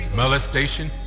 molestation